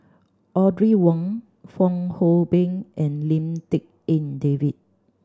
Audrey Wong Fong Hoe Beng and Lim Tik En David